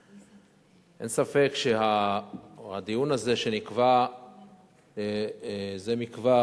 אין ספק שהדיון הזה, שנקבע זה מכבר